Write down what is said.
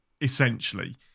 essentially